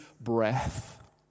breath